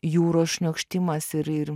jūros šniokštimas ir ir